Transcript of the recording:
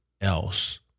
else